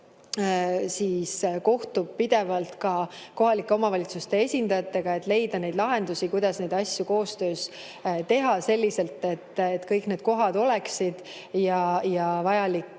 kohtub pidevalt ka kohalike omavalitsuste esindajatega, et leida lahendusi, kuidas neid asju koostöös teha selliselt, et kõik need kohad, ka vajalik